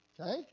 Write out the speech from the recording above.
Okay